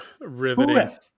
riveting